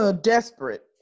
desperate